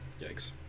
Yikes